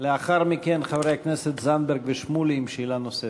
לאחר מכן חברי הכנסת זנדברג ושמולי עם שאלה נוספת.